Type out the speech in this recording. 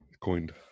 coined